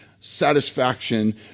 satisfaction—